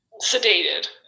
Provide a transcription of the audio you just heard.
sedated